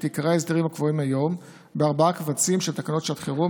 עיקרי ההסדרים הקבועים היום בארבעה קבצים של תקנות שעת חירום